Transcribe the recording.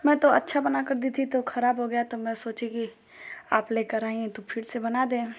मैं तो अच्छा बनाकर दी थी तो खराब हो गया तो मैं सोची कि आप लेकर आई हैं तो फिर से बना दें